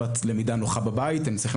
שאין להם סביבת למידה נוחה בבית והם צריכים